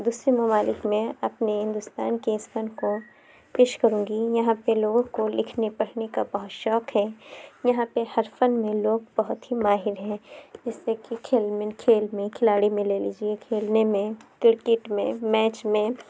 دوسرے ممالک میں اپنے ہندوستان کے اِس فن کو پیش کروں گی یہاں پہ لوگوں کو لکھنے پڑھنے کا بہت شوق ہے یہاں پہ ہر فن میں لوگ بہت ہی ماہر ہیں جیسے کہ کھیل مین کھیل میں کھلاڑی میں لے لیجیے کھیلنے میں کرکٹ میں میچ میں